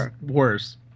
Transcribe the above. worse